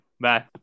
Bye